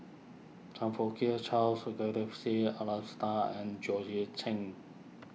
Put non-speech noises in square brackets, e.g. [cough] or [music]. Chong Fook [unintelligible] Charles [unintelligible] and George Chen